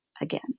again